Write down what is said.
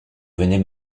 venez